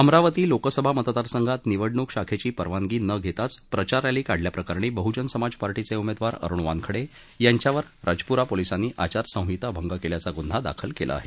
अमरावती लोकसभा मतदारसंघात निवडणूक शाखेची परवानगी न घेताच प्रचार रॅली काढल्याप्रकरणी बहुजन समाज पार्टीचे उमेदवार अरूण वानखडे य़ांच्यावर रजपुरा पोलिसांनी आचारसंहिता भंग केल्याचा गुन्हा दाखल केला आहे